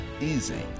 easy